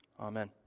Amen